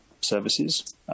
services